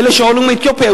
באלה שעלו מאתיופיה,